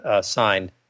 Signed